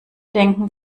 denken